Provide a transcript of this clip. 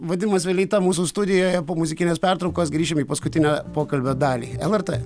vadimas vileita mūsų studijoje po muzikinės pertraukos grįšim į paskutinę pokalbio dalį lrt